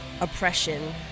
oppression